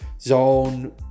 zone